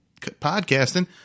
podcasting